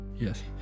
Yes